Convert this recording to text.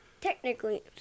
technically